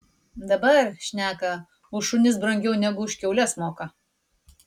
dabar šneka už šunis brangiau negu už kiaules moka